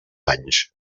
anys